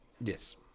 Yes